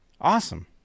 Awesome